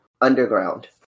Underground